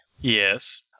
Yes